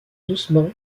doucement